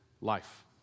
life